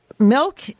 Milk